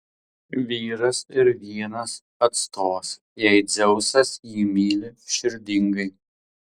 vyras ir vienas atstos jei dzeusas jį myli širdingai